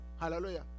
hallelujah